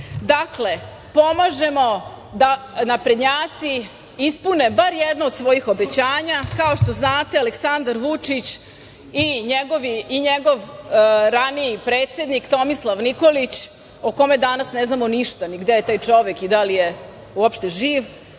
pomažemo da naprednjaci ispune bar jedno od svojih obećanja. Kao što znate, Aleksandar Vučić i njegov raniji predsednik, Tomislav Nikolić, o kome danas ne znamo ništa, ni gde je taj čovek i da li je uopšte živ,